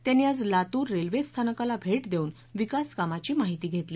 त्यांनी आज लातूर रेल्वे स्थानकाला भेट देऊन विकास कामाची माहिती घेतली